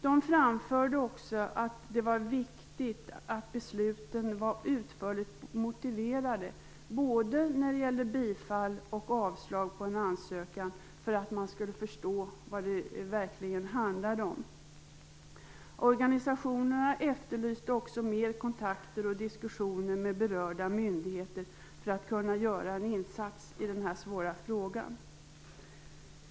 De framförde också att det var viktigt att besluten var utförligt motiverade både när det gällde bifall och avslag på en ansökan för att man skulle förstå vad det verkligen handlade om. Organisationerna efterlyste också mer kontakter och diskussioner med berörda myndigheter för att kunna göra en insats i den här svåra frågan.